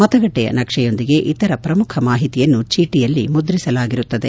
ಮತಗಟ್ಲೆಯ ನಕ್ಷೆಯೊಂದಿಗೆ ಇತರ ಪ್ರಮುಖ ಮಾಹಿತಿಯನ್ನು ಚೀಟಿಯಲ್ಲಿ ಮುದ್ರಿಸಲಾಗಿರುತ್ತದೆ